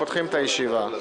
הישיבה.